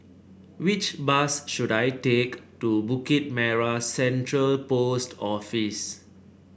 which bus should I take to Bukit Merah Central Post Office